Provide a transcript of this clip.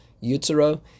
utero